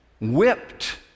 whipped